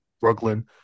Brooklyn